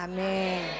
Amen